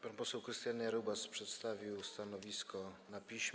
Pan poseł Krystian Jarubas przedstawił stanowisko na piśmie.